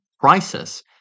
crisis